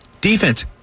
Defense